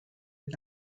and